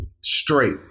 straight